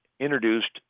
introduced